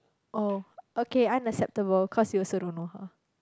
oh okay unacceptable cause you also don't know her